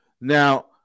Now